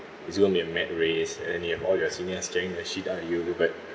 it's going to be a mad race and then you have all your seniors scaring the shit out of you but